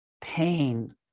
pain